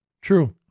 true